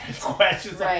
Questions